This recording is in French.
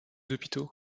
hôpitaux